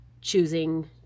choosing